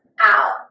out